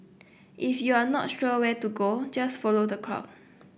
if you're not sure where to go just follow the crowd